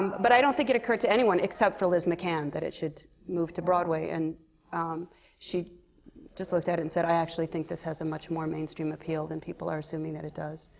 but i don't think it occurred to anyone except for liz mccann, that it should move to broadway. and she just looked at it and said, i actually think this has a much more mainstream appeal than people are assuming that it does.